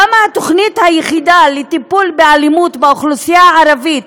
למה התוכנית היחידה לטיפול באלימות באוכלוסייה הערבית,